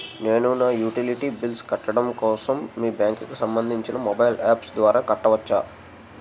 నేను నా utility bills కట్టడం కోసం మీ బ్యాంక్ కి సంబందించిన మొబైల్ అప్స్ ద్వారా కట్టవచ్చా?